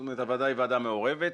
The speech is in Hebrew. הוועדה היא ועדה מעורבת.